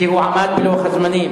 כי הוא עמד בלוח הזמנים.